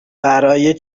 برای